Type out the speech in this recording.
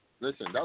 Listen